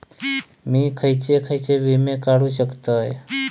मी खयचे खयचे विमे काढू शकतय?